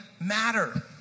matter